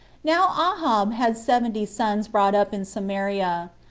now ahab had seventy sons brought up in samaria.